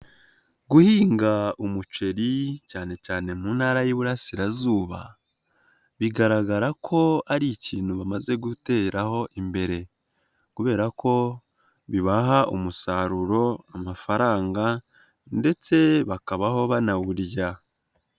Guhinga umuceri cyane cyane mu ntara y'Iburasirazuba, bigaragara ko ari ikintu bamaze guteraho imbere kubera ko bibaha umusaruro, amafaranga ndetse bakabaho banawurya.